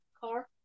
car